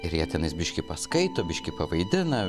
ir jie tenais biškį paskaito biškį pavaidina